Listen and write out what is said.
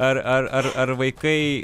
ar ar ar vaikai